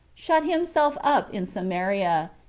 shut himself up in samaria,